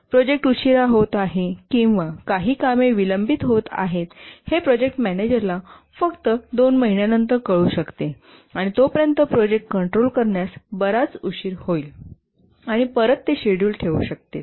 project उशिरा होत आहे किंवा काही कामे विलंबित होत आहेत हे प्रोजेक्ट मॅनेजरला फक्त 2 महिन्यांनंतर कळू शकते आणि तोपर्यंत प्रोजेक्ट कंट्रोल करण्यास बराच उशीर होईल आणि परत ते शेड्युल ठेवू शकतील